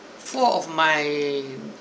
four of my